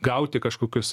gauti kažkokias